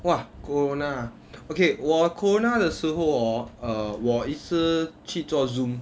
!wah! corona ah okay 我 corona 的时候 orh err 我一直去做 Zoom